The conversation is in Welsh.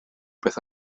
beth